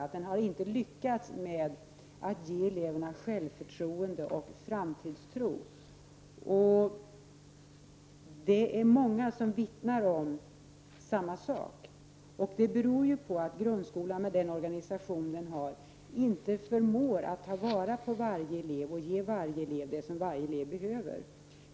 Skolan har inte lyckats med att ge eleverna självförtroende och framtidstro, och det är många som vittnar om den saken. Det beror på att grundskolan, med den organisation den har, inte förmår att ta vara på varje elev och ge den enskilde eleven det som den behöver.